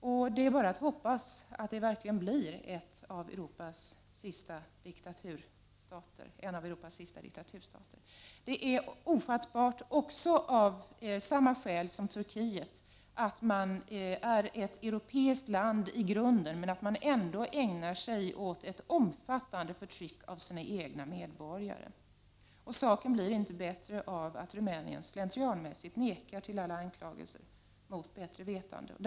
Man kan bara hoppas att det verkligen blir en av Europas sista diktaturstater. Det är ofattbart, av samma skäl som när det gäller Turkiet, att man i ett land som i grunden är europeiskt ägnar sig åt ett omfattande förtryck av sina egna medborgare. Saken blir inte bättre av att Rumänien slentrianmässigt och mot bättre vetande tillbakavisar alla anklagelser.